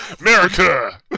America